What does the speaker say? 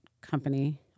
company